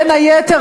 בין היתר,